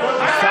הרבה מילים,